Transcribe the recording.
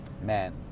man